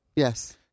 Yes